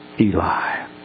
Eli